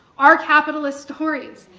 are capitalist stories.